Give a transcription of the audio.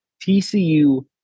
TCU